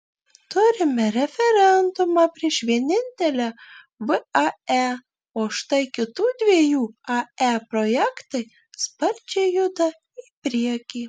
turime referendumą prieš vienintelę vae o štai kitų dviejų ae projektai sparčiai juda į priekį